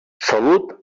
salut